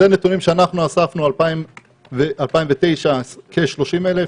אלו נתונים שאנחנו אספנו בשנת 2009, כ-30,000,